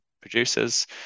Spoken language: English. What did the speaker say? producers